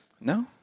No